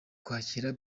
kwakira